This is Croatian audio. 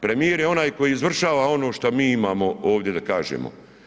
Premijer je onaj koji izvršava ono što mi imamo ovdje da kažemo.